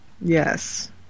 Yes